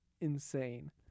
insane